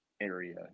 area